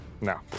No